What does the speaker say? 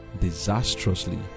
disastrously